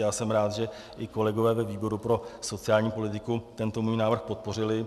A jsem rád, že i kolegové ve výboru pro sociální politiku tento můj návrh podpořili.